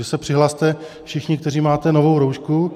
Takže se přihlaste všichni, kteří máte novou roušku.